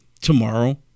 tomorrow